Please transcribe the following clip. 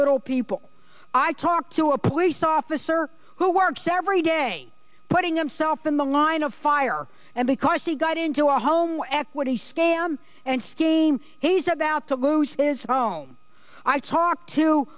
little people i talk to a police officer who works every day putting themselves in the line of fire and because he got into a home where equity scam and came he's about to lose his own i talked to